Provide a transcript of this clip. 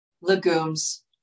legumes